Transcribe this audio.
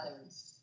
others